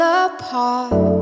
apart